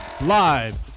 live